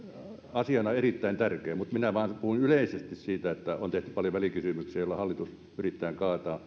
asiana erittäin tärkeä mutta minä vain puhuin yleisesti siitä että on tehty paljon välikysymyksiä joilla hallitus pyritään